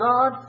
God